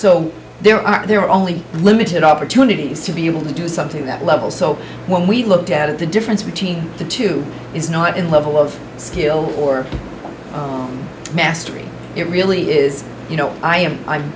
so there are only limited opportunities to be able to do something that level so when we looked at the difference between the two is not in level of skill or mastery it really is you know i am i'm